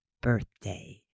birthday